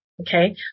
Okay